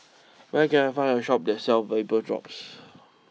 where can I find a Shop that sells Vapodrops